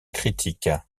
critique